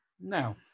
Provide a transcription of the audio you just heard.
now